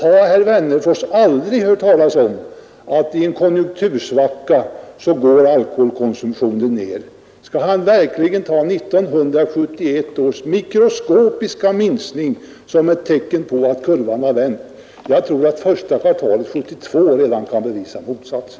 Har herr Wennerfors aldrig hört talas om att alkoholkonsumtionen brukar gå ned i en konjunktursvacka? Kan herr Wennerfors verkligen ta 1971 års mikroskopiska minskning som tecken på att kurvan har vänt? Jag tror att redan siffrorna från första kvartalet 1972 kan bevisa motsatsen.